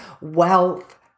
wealth